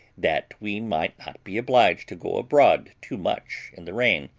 that we might not be obliged to go abroad too much in the rain,